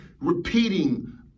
repeating